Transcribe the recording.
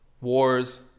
wars